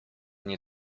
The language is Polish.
nie